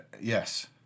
Yes